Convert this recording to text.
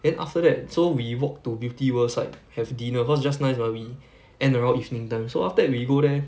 then after that so we walk to beauty world side have dinner cause just nice mah we end around evening time so after that we go there